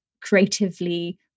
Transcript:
creatively